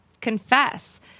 confess